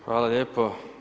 Hvala lijepo.